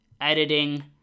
editing